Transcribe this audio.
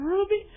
Ruby